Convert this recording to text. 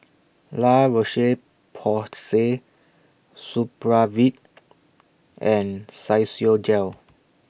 La Roche Porsay Supravit and Physiogel